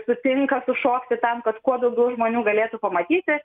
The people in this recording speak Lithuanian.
sutinka sušokti tam kad kuo daugiau žmonių galėtų pamatyti